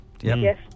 yes